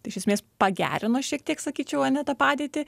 tai iš esmės pagerino šiek tiek sakyčiau ane tą padėtį